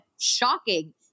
shocking